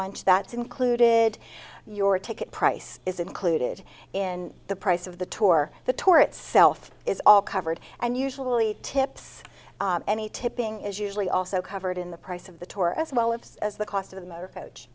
lunch that's included your ticket price is included in the price of the tour the tour itself is all covered and usually tips any tipping is usually also covered in the price of the tour as well of as the cost of the motor coach